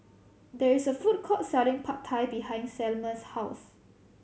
there is a food court selling Pad Thai behind Selmer's house